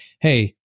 hey